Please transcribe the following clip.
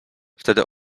wtedy